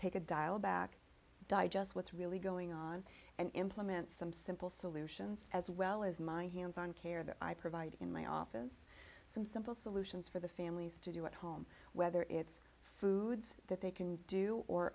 take a dial back digest what's really going on and implement some simple solutions as well as my hands on care that i provide in my office some simple solutions for the families to do at home whether it's foods that they can do or